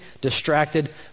distracted